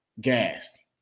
Gassed